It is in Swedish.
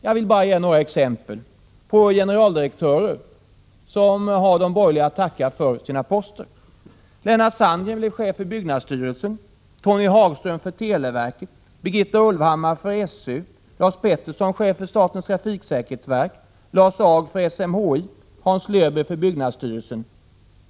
Jag vill bara ge några exempel på generaldirektörer som har de borgerliga att tacka för sina poster. Lennart Sandgren blev chef för byggnadsstyrelsen. Tony Hagström blev chef för televerket. Birgitta Ulvhammar blev chef för SÖ. Lars Pettersson blev chef för statens trafiksäkerhetsverk. Lars Ag blev chef för SMHI. Hans Löwbeer blev chef för byggnadsstyrelsen.